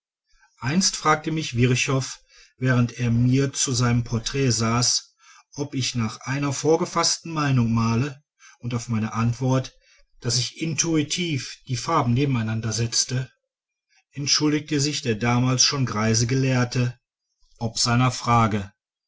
einst fragte mich virchow während er mir zu seinem porträt saß ob ich nach einer vorgefaßten meinung male und auf meine antwort daß ich intuitiv die farben nebeneinander setzte entschuldigte sich der damals schon greise gelehrte ob seiner frage